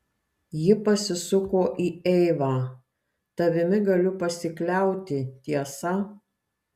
ji pasisuko į eivą tavimi galiu pasikliauti tiesa